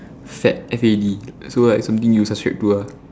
fad F A D so like something you subscribe to ah